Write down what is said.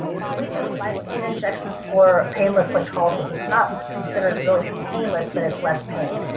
so we do lidocaine injections for painless electrolysis. it's not considered really painless but it's less pain.